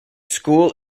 school